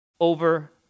over